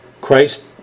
Christ